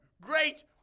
great